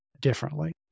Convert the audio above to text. differently